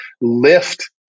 lift